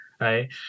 right